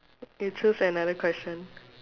you choose another question